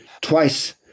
twice